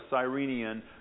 Cyrenian